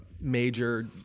major